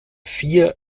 vier